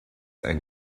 einen